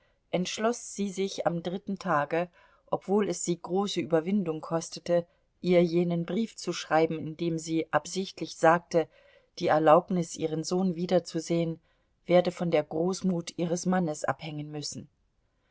entschloß sie sich am dritten tage obwohl es sie große überwindung kostete ihr jenen brief zu schreiben in dem sie absichtlich sagte die erlaubnis ihren sohn wiederzusehen werde von der großmut ihres mannes abhängen müssen